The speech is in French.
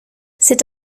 c’est